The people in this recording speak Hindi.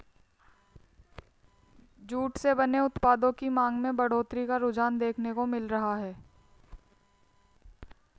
जूट से बने उत्पादों की मांग में बढ़ोत्तरी का रुझान देखने को मिल रहा है